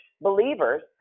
believers